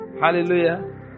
Hallelujah